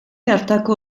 hartako